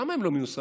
למה הם לא מיושמים?